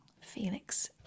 Felix